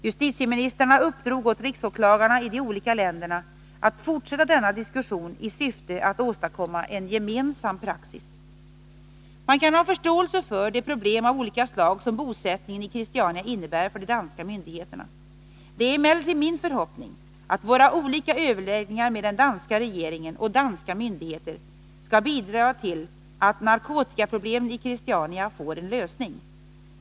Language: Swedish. Justitieministrarna uppdrog åt riksåklagarna i de olika länderna att fortsätta denna diskussion i syfte att åstadkomma en gemensam praxis. Man kan ha förståelse för de problem av olika slag som bosättningen i Christiania innebär för de danska myndigheterna. Det är emellertid min förhoppning att våra olika överläggningar med den danska regeringen och danska myndigheter skall bidra till att narkotikaproblemen i Christiania får en lösning.